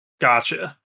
Gotcha